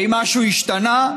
האם משהו השתנה?